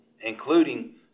including